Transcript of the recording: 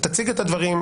תציג את הדברים.